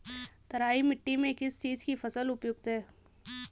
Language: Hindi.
तराई मिट्टी में किस चीज़ की फसल उपयुक्त है?